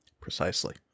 Precisely